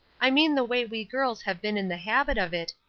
i mean the way we girls have been in the habit of it,